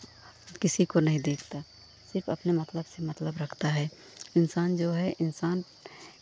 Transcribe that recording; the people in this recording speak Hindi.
किसी को नहीं देखता सिर्फ अपने मतलब से मतलब रखता है इंसान जो है इंसान